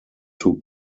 two